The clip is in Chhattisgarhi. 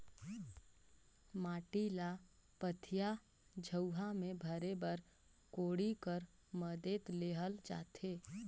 माटी ल पथिया, झउहा मे भरे बर कोड़ी कर मदेत लेहल जाथे